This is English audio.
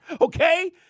okay